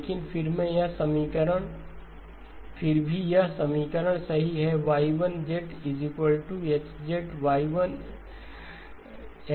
लेकिन फिर भी यह समीकरण सही है Y1H X1